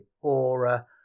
aura